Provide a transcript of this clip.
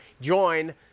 join